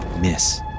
miss